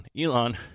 Elon